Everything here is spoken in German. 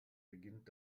beginnt